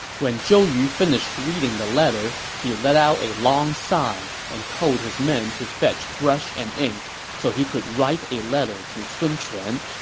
when zhou yu finished reading the letter, he let out a long sigh and told his men to fetch brush and ink so he could write a letter to sun quan.